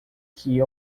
que